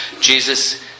Jesus